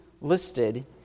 listed